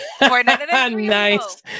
Nice